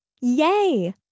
Yay